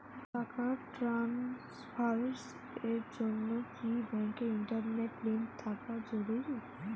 টাকা ট্রানস্ফারস এর জন্য কি ব্যাংকে ইন্টারনেট লিংঙ্ক থাকা জরুরি?